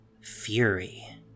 Fury